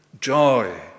joy